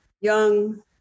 young